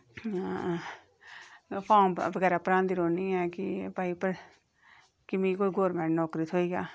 form बगैरा भरांदी रौह्न्नी आं कि भई कि मिगी कोई गौरमेंट नौकरी थ्होई जा